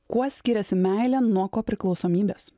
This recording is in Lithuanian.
kuo skiriasi meilė nuo kopriklausomybės